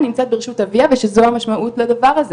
נמצאת ברשות אביה ושזו המשמעות לדבר הזה